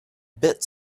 bit